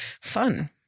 fun